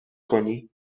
کنی